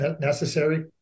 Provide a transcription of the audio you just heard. necessary